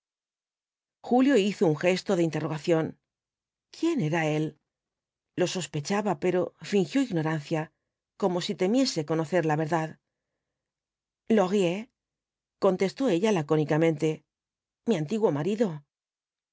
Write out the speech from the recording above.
julio hizo un gesto de interrogación quién era él lo sospechaba pero fíngió ignorancia como si temiese conocer la verdad laurier contestó ella lacónicamente mi antiguo marido el